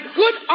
good